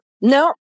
no